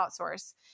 outsource